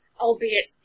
albeit